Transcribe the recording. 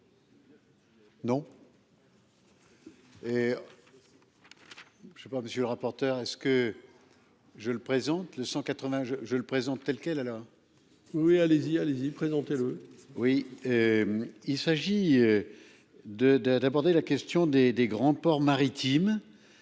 Non. Et. Je sais pas. Monsieur le rapporteur. Est ce que. Je le présente le 180 je je le présente telle alors. Oui, allez-y, allez-y, présentez le. Oui. Il s'agit. De de d'aborder la question des des grands ports maritimes.